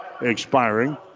expiring